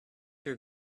your